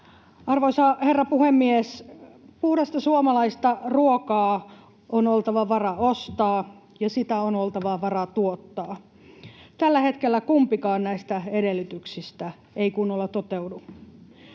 Arvoisa herra puhemies! Puhdasta suomalaista ruokaa on oltava varaa ostaa, ja sitä on oltava varaa tuottaa. Tällä hetkellä kumpikaan näistä edellytyksistä ei kunnolla toteudu.